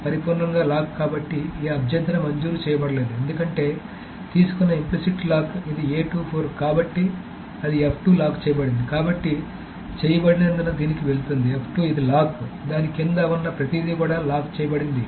పరిపూర్ణంగా లాక్ కాబట్టి ఈ అభ్యర్థన మంజూరు చేయబడలేదు ఎందుకంటే తీసుకున్న ఇంప్లిసిట్ లాక్ ఇది కాబట్టి అది లాక్ చేయబడింది కాబట్టి చేయబడినందున దీనికి వెళుతుంది ఇది లాక్ దాని కింద ఉన్న ప్రతిదీ కూడా లాక్ చేయబడి ఉంటుంది